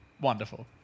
Wonderful